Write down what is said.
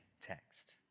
text